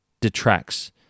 detracts